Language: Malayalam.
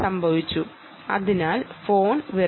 നിങ്ങളുടെ ഫോൺ വിറയ്ക്കുന്നു